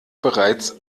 bereits